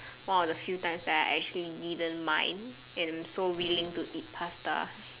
one of the few times that I actually didn't mind and so willing to eat pasta